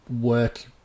work